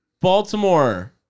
Baltimore